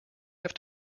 have